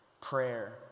prayer